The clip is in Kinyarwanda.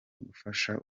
gufasha